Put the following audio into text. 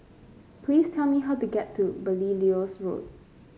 please tell me how to get to Belilios Road